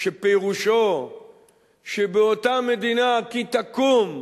שפירושו שבאותה מדינה שתקום,